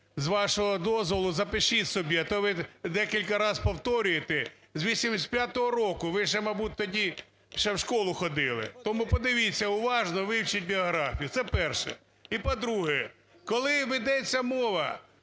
З вашого дозволу, запишіть собі, а то ви декілька раз повторюєте. З 1985 року… Ви ще, мабуть, тоді ще в школу ходили. Тому подивіться уважно, вивчіть біографію. Це перше. І по-друге. Коли ведеться мова